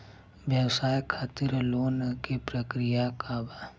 व्यवसाय खातीर लोन के प्रक्रिया का बा?